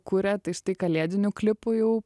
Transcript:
kuria tai štai kalėdinių klipų jau